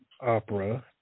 opera